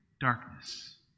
darkness